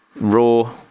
raw